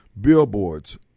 billboards